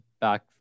back